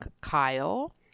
Kyle